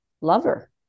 lover